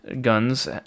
guns